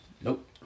Nope